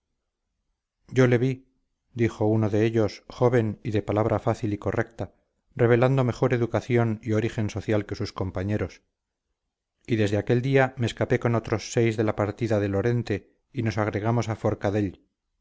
yo le vi dijo uno de ellos joven y de palabra fácil y correcta revelando mejor educación y origen social que sus compañeros y desde aquel día me escapé con otros seis de la partida de lorente y nos agregamos a forcadell